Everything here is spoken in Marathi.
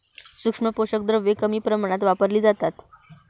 सूक्ष्म पोषक द्रव्ये कमी प्रमाणात वापरली जातात